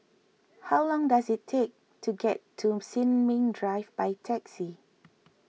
how long does it take to get to Sin Ming Drive by taxi